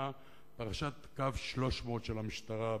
בשיח המשטרתי "פרשת קו 300 של המשטרה",